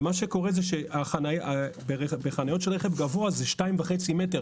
ומה שקורה הוא שבחניות של רכב גבוה, זה 2.5 מטר.